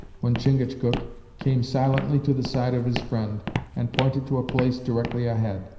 when chingachgook came silently to the side of his friend and pointed to a place directly ahead.